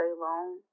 long